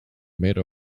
made